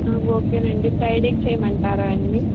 ఓకేనండి ఫ్రైడే కి చెయ్యమంటారా